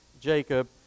Jacob